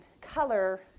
color